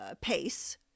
pace